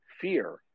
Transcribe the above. fear